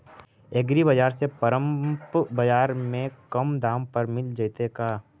एग्रीबाजार में परमप बाजार से कम दाम पर मिल जैतै का?